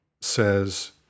says